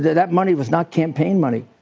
that money was not campaign money.